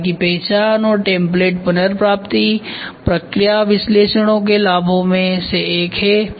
परिवार की पहचान और टेम्पलेट पुनर्प्राप्ति प्रक्रिया विश्लेषण के लाभों में से एक है